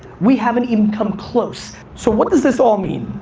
we haven't even come close, so what does this all mean.